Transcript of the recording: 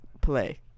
play